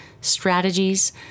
strategies